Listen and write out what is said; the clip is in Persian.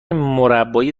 مربای